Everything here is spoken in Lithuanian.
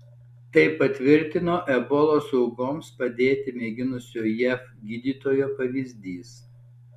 tai patvirtino ebolos aukoms padėti mėginusio jav gydytojo pavyzdys